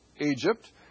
Egypt